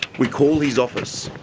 we call his office,